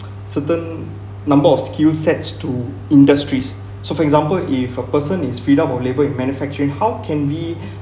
certain number of skill sets to industries so for example if a person is freed up of labour in manufacturing how can we